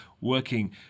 working